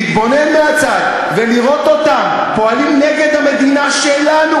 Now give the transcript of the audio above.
להתבונן מהצד ולראות אותם פועלים נגד המדינה שלנו,